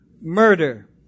murder